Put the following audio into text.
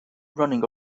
running